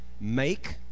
make